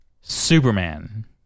superman